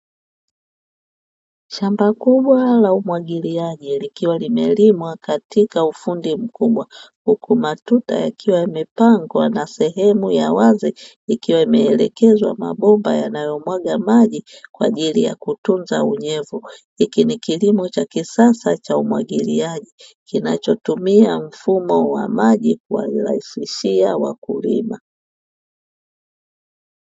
Shamba kubwa la umwagiliaji likiwa limelimwa katika ufundi mkubwa, huku matuta yakiwa yamepangwa na sehemu ya wazi ikiwa imeelekezwa mabomba yanayomwaga maji kwa ajili ya kutunza unyevu. Hiki ni kilimo cha kisasa cha umwagiliaji kinachotumia mfumo wa maji kuwarahisishia wakulima.